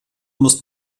muss